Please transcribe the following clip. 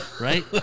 right